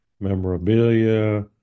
memorabilia